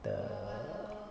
the